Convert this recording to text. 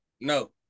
No